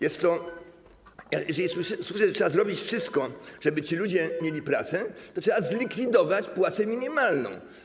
Jeżeli słyszę, że trzeba zrobić wszystko, żeby ci ludzie mieli pracę, to trzeba zlikwidować płacę minimalną.